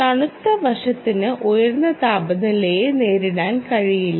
തണുത്ത വശത്തിന് ഉയർന്ന താപനിലയെ നേരിടാൻ കഴിയില്ല